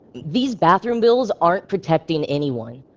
these bathroom bills aren't protecting anyone.